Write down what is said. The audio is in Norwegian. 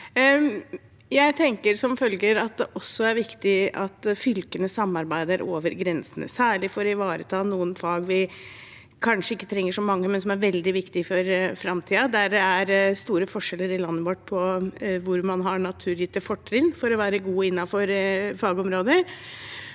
Jeg tenker som følger: Det er også viktig at fylkene samarbeider over grensene, særlig for å ivareta noen fag vi kanskje ikke trenger så mange av, men som er veldig viktige for framtiden, for det er store forskjeller i landet vårt på hvor man har naturgitte fortrinn for å være god innenfor fagområder.